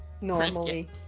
Normally